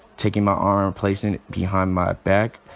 taking my arm, placing it behind my back.